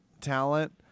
talent